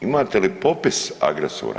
Imate li popis agresora?